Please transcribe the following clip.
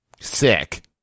Sick